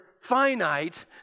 finite